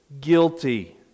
Guilty